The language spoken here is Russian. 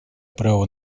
право